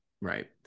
right